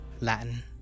Latin